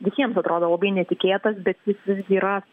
visiems atrodo labai netikėtas bet jis yra